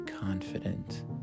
confident